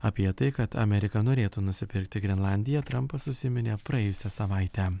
apie tai kad amerika norėtų nusipirkti grenlandiją trampas užsiminė praėjusią savaitę